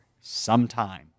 sometime